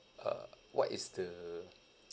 uh what is the